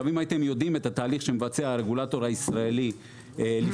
אם הייתם יודעים את התהליך שמבצע הרגולטור הישראלי לפני